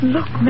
Look